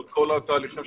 לא מרכיבי